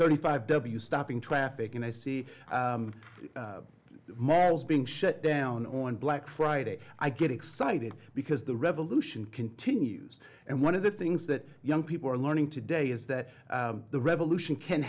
thirty five w stopping traffic and i see malls being shut down on black friday i get excited because the revolution continues and one of the things that young people are learning today is that the revolution can